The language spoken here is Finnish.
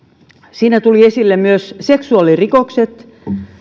siinä tulivat esille myös seksuaalirikokset